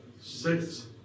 six